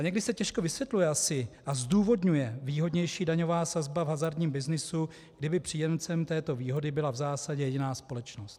Někdy se těžko vysvětluje a zdůvodňuje výhodnější daňová sazba v hazardním byznysu, kdyby příjemcem této výhody byla v zásadě jiná společnost.